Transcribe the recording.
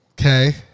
Okay